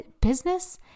Business